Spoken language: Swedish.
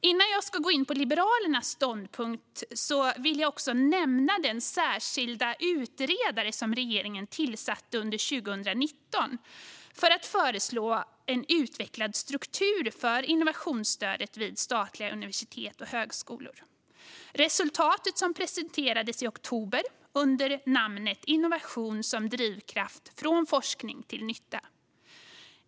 Innan jag går in på Liberalernas ståndpunkt ska jag också nämna den särskilda utredare som regeringen tillsatte under 2019 för att föreslå en utvecklad struktur för innovationsstödet vid statliga universitet och hög-skolor. Resultatet presenterades i oktober under namnet Innovation som drivkraft - från forskning till nytta .